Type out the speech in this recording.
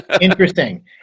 Interesting